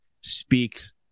speaks